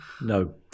No